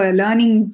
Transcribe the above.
learning